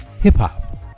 hip-hop